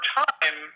time